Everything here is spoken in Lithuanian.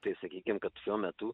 tai sakykim kad šiuo metu